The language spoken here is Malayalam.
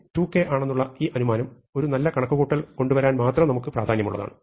n 2k ആണെന്നുള്ള ഈ അനുമാനം ഒരു നല്ല കണക്കുകൂട്ടൽ കൊണ്ട് വരാൻ മാത്രം നമുക്ക് ഒരു പ്രാധാന്യമുള്ളതാണ്